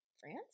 France